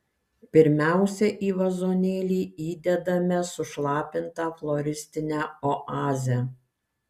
pirmiausia į vazonėlį įdedame sušlapintą floristinę oazę